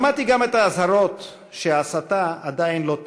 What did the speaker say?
שמעתי גם את האזהרות שההסתה עדיין לא תמה.